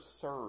serve